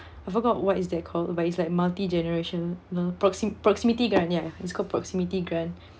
I forgot what is that called but it's like multi generation na~ proxi~ proximity grant ya it's called proximity grant